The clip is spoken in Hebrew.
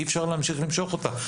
אי-אפשר להמשיך למשוך אותה.